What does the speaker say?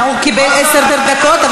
הוא קיבל עשר דקות,